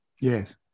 Yes